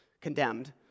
condemned